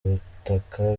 ubutaka